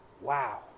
Wow